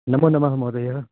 नमोनमः महोदय